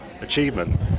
achievement